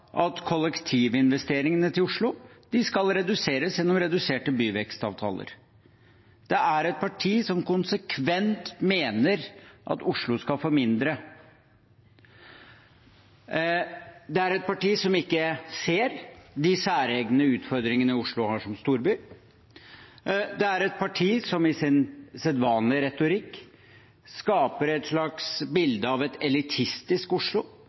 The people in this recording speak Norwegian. at kollektivinvesteringene i Oslo skal reduseres gjennom reduserte byvekstavtaler. Det er et parti som konsekvent mener at Oslo skal få mindre. Det er et parti som ikke ser de særegne utfordringene Oslo har som storby. Det er et parti som med sin sedvanlige retorikk skaper et slags bilde av et elitistisk Oslo